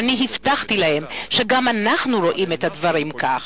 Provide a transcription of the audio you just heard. ואני הבטחתי להם שגם אנחנו רואים את הדברים כך.